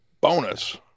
bonus